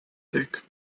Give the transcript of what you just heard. thick